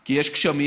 כי יש גשמים,